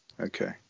Okay